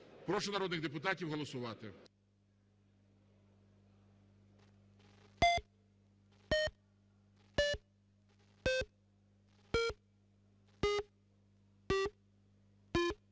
Прошу народних депутатів голосувати.